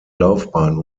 laufbahn